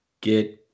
get –